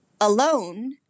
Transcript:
alone